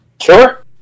Sure